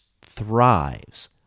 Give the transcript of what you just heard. thrives